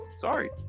sorry